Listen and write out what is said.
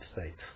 States